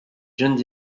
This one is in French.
jeunes